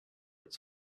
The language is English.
its